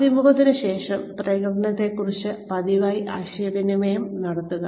അഭിമുഖത്തിന് ശേഷം പ്രകടനത്തെക്കുറിച്ച് പതിവായി ആശയവിനിമയം നടത്തുക